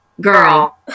girl